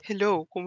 Hello